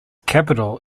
capital